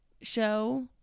show